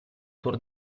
tour